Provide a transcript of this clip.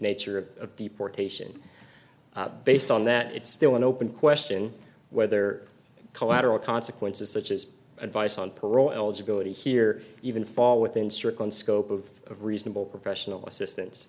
nature of a deportation based on that it's still an open question whether collateral consequences such as advice on parole eligibility here even fall within certain scope of of reasonable professional assistance